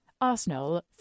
Arsenal